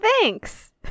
Thanks